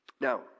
now